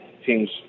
teams